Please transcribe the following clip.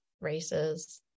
races